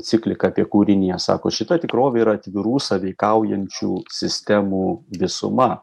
cikliką apie kūriniją sako šita tikrovė yra atvirų sąveikaujančių sistemų visuma